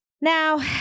Now